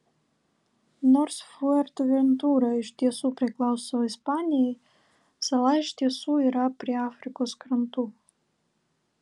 nors fuerteventura iš tiesų priklauso ispanijai sala iš tiesų yra prie afrikos krantų